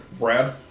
Brad